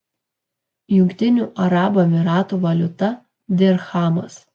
jungtinių arabų emyratų valiuta dirchamas